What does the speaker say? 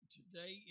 Today